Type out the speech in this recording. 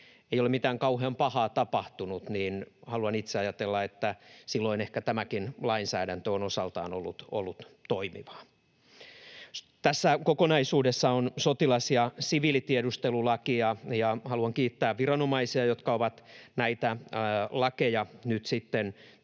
ei ole mitään kauhean pahaa tapahtunut, ja haluan itse ajatella, että silloin ehkä tämäkin lainsäädäntö on osaltaan ollut toimivaa. Tässä kokonaisuudessa on sotilas- ja siviilitiedustelulaki, ja haluan kiittää viranomaisia, jotka ovat näitä lakeja nyt sitten